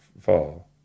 fall